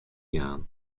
jaan